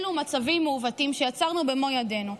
אלו מצבים מעוותים שיצרנו במו ידינו.